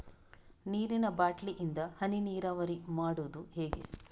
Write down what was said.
ನೀರಿನಾ ಬಾಟ್ಲಿ ಇಂದ ಹನಿ ನೀರಾವರಿ ಮಾಡುದು ಹೇಗೆ?